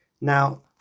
Now